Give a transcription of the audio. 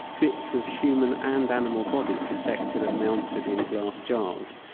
bits of human and animal bodies dissected and mounted in glass jars.